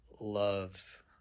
love